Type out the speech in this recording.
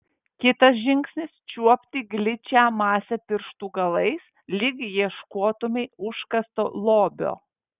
kitas žingsnis čiuopti gličią masę pirštų galais lyg ieškotumei užkasto lobio